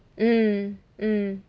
mm mm